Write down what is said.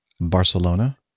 Barcelona